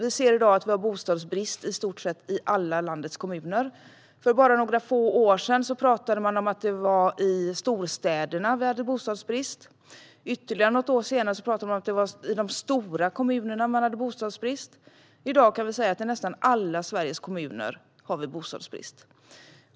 I dag har vi bostadsbrist i alla landets kommuner i stort sett. För bara några få år sedan pratade man om bostadsbrist i storstäderna. Ytterligare något år senare pratade man om att det var bostadsbrist i de stora kommunerna. I dag kan vi säga att det är bostadsbrist i nästan alla Sveriges kommuner.